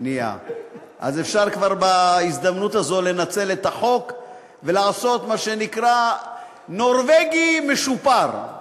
אז אפשר כבר בהזדמנות הזאת לנצל את החוק ולעשות מה שנקרא נורבגי משופר.